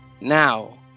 now